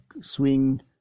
Swing